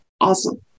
Awesome